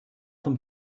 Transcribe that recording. them